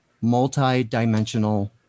multi-dimensional